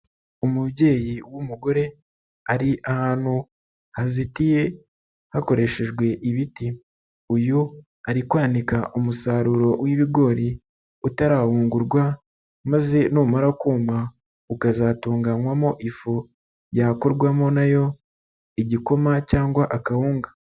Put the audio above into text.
Umubyeyi w'umugore ari ahantu hazitiye hakoreshejwe ibiti, uyu ari kwanika umusaruro w'ibigori utarahungurwa maze numara kuma ukazatunganywamo ifu, yakorwamo na yo igikoma cyangwa akawunga.